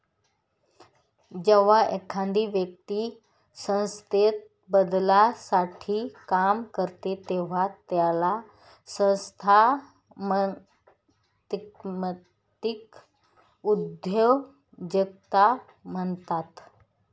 जेव्हा एखादी व्यक्ती संस्थेत बदलासाठी काम करते तेव्हा त्याला संस्थात्मक उद्योजकता म्हणतात